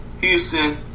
Houston